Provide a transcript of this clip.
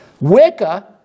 Wicca